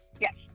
Yes